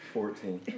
Fourteen